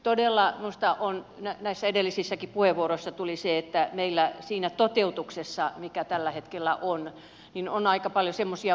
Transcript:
todella minusta näissä edellisissäkin puheenvuoroissa se tuli esille meillä siinä toteutuksessa mikä tällä hetkellä on on aika paljon semmoisia muuttujia